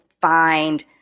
find